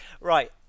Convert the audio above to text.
Right